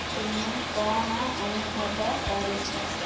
ତୁମେ କ'ଣ ଅନୁଭବ କରୁଛ